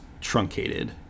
truncated